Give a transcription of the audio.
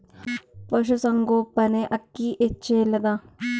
ಪಶುಸಂಗೋಪನೆ ಅಕ್ಕಿ ಹೆಚ್ಚೆಲದಾ?